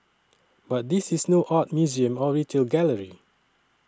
but this is no art museum or retail gallery